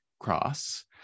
cross